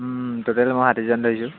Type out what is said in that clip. total মই ষাাঠিজন ধৰিছোঁ